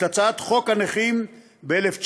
את הצעת חוק הנכים ב-1949.